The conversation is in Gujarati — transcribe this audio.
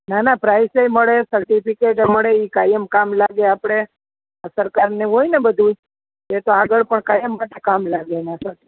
ના ના પ્રાઈઝ એય મળે સર્ટિફિકેટ એ મળે એ કાયમ કામ લાગે આપણે સરકારને હોય બધું એતો આગળ પણ કાયમ માટે કામ લાગે આપણને